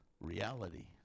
reality